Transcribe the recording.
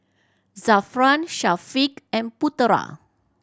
Zafran Syafiq and Putera